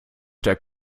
der